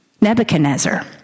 Nebuchadnezzar